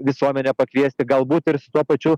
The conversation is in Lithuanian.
visuomenę pakviesti galbūt ir su tuo pačiu